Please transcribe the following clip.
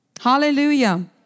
Hallelujah